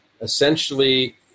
essentially